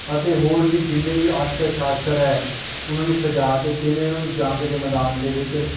ਅਤੇ ਹੋਰ ਵੀ ਜਿੰਨੇ ਵੀ ਆਸ਼ਤਰ ਸ਼ਾਸਤਰ ਹੈ ਉਹਨਾਂ ਨੂੰ ਸਜਾ ਕੇ ਕਿਵੇਂ ਉਹਨਾਂ ਨੂੰ ਜੰਗ ਦੇ ਮੈਦਾਨ ਦੇ ਵਿੱਚ